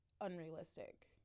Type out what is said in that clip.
unrealistic